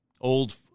old